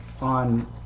on